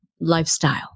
lifestyle